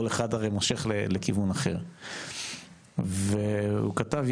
כל אחד הרי מושך לכיוון אחר והוא כתב,